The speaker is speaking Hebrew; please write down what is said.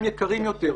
אלה מים יקרים יותר.